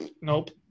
nope